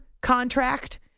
contract